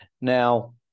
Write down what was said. now